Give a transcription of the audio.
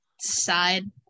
side